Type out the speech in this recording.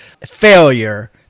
failure